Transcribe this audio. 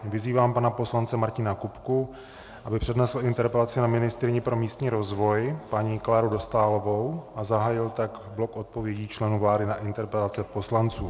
Vyzývám pana poslance Martina Kupku, aby přednesl interpelaci na ministryni pro místní rozvoj paní Kláru Dostálovou a zahájil tak blok odpovědí členů vlády na interpelace poslanců.